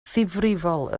ddifrifol